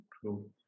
true